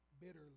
bitterly